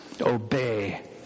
obey